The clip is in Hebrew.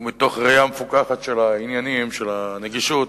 ומתוך ראייה מפוכחת של העניינים של הנגישות,